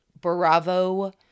bravo